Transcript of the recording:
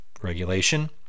regulation